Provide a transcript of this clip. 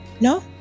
no